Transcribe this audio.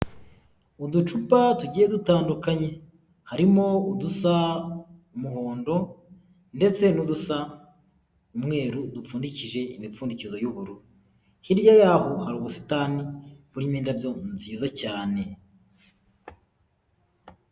Mu ducupa tugiye dutandukanye, harimo udusa umuhondo ndetse n'udusa umweru dupfundikije imipfundikizo y'ubururu, hirya yaho hari ubusitani burimo indabyo nziza cyane.